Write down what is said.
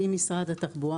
עם משרד התחבורה,